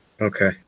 Okay